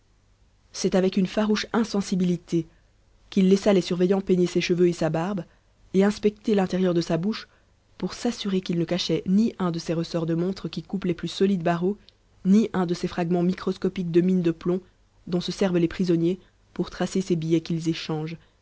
c'est avec une farouche insensibilité qu'il laissa les surveillants peigner ses cheveux et sa barbe et inspecter l'intérieur de sa bouche pour s'assurer qu'il ne cachait ni un de ces ressorts de montre qui coupent les plus solides barreaux ni un de ces fragments microscopiques de mine de plomb dont se servent les prisonniers pour tracer ces billets qu'ils échangent